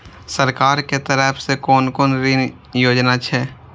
सरकार के तरफ से कोन कोन ऋण योजना छै?